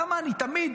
למה אני תמיד,